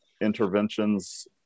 interventions